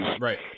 Right